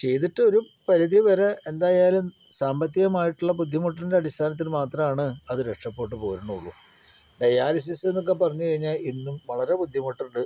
ചെയ്തിട്ടൊരു പരിധി വരെ എന്തായാലും സാമ്പത്തികമായിട്ടുളള ബുദ്ധിമുട്ടിൻ്റെ അടിസ്ഥാനത്തിൽ മാത്രമാണ് അത് രക്ഷപ്പെട്ടു പോരണുള്ളൂ ഡയാലിസിസ് എന്നൊക്കെ പറഞ്ഞ് കഴിഞ്ഞാൽ ഇന്നും വളരെ ബുദ്ധിമുട്ട് ഉണ്ട്